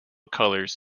colors